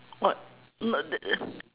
what uh that that